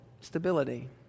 stability